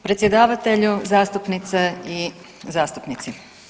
Predsjedavatelju, zastupnice i zastupnici.